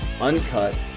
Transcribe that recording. uncut